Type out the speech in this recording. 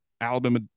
Alabama